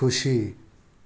खुसी